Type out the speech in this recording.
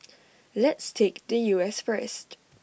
let's take the U S first